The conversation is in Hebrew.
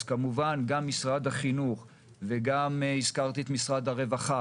אז כמובן גם משרד החינוך וגם הזכרתי את משרד הרווחה